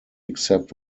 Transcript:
except